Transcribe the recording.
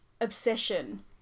obsession